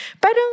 parang